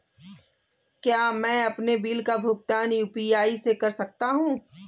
क्या मैं अपने बिल का भुगतान यू.पी.आई से कर सकता हूँ?